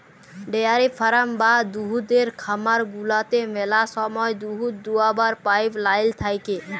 dairy farm বা দুহুদের খামার গুলাতে ম্যালা সময় দুহুদ দুয়াবার পাইপ লাইল থ্যাকে